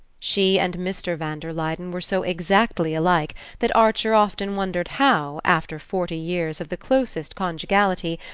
she and mr. van der luyden were so exactly alike that archer often wondered how, after forty years of the closest conjugality,